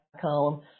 column